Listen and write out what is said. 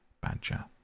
badger